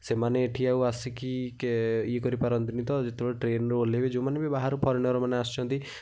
ସେମାନେ ଏଠି ଆଉ ଆସିକି କେ ଇଏ କରିପାରନ୍ତିନି ତ ଯେତେବେଳେ ଟ୍ରେନ୍ରୁ ଓହ୍ଳାଇବେ ଯୋଉମାନେ ବି ବାହାରୁ ଫରେନର୍ମାନେ ଆସନ୍ତି